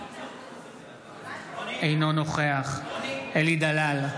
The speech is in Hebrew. אינו נוכח אלי דלל,